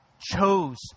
chose